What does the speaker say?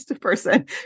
person